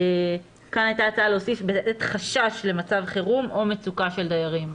כאן הייתה הצעה להוסיף בעת חשש למצב חירום או מצוקה של דיירים.